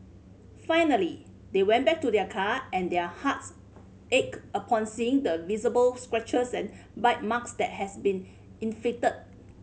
finally they went back to their car and their hearts ached upon seeing the visible scratches and bite marks that has been inflicted